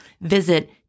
Visit